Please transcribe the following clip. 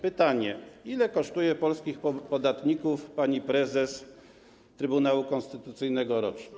Pytanie: Ile kosztuje polskich podatników pani prezes Trybunału Konstytucyjnego rocznie?